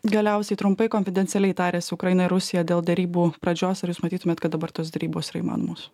galiausiai trumpai konfidencialiai tariasi ukraina ir rusija dėl derybų pradžios ar jūs matytumėte kad dabar tos derybos įmanomos